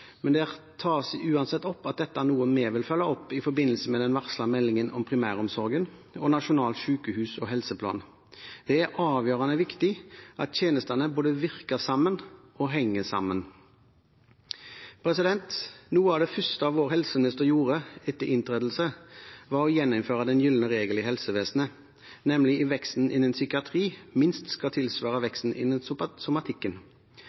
men der tas det uansett opp at dette er noe vi vil følge opp i forbindelse med den varslede meldingen om primæromsorgen og nasjonal sykehus- og helseplan. Det er avgjørende viktig at tjenestene både virker sammen og henger sammen. Noe av det første vår helseminister gjorde etter inntredelse, var å gjeninnføre den gylne regel i helsevesenet, nemlig at veksten innen psykiatri minst skal tilsvare veksten innen somatikken.